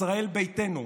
ישראל ביתנו,